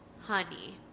Honey